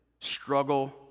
struggle